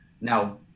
Now